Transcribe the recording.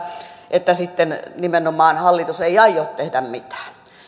ja sitten nimenomaan hallitus ei aio tehdä mitään